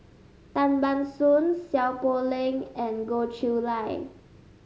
Tan Ban Soon Seow Poh Leng and Goh Chiew Lye